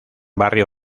barrio